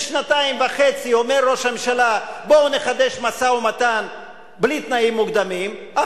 ושנתיים וחצי אומר ראש הממשלה: בואו נחדש משא-ומתן בלי תנאים מוקדמים,